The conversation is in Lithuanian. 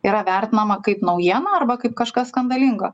yra vertinama kaip naujiena arba kaip kažkas skandalingo